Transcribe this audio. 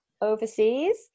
overseas